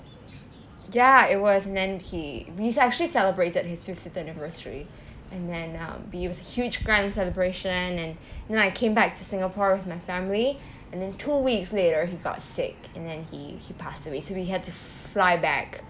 ya it was and then he he actually celebrated his fiftieth anniversary and then um it was a huge grand celebration and then I came back to singapore with my family and then two weeks later he got sick and then he he passed away so we had to fly back